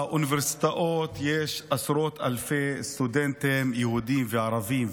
באוניברסיטאות יש עשרות אלפי סטודנטים יהודים וערבים,